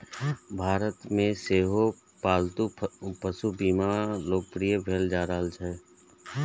भारत मे सेहो पालतू पशु बीमा लोकप्रिय भेल जा रहल छै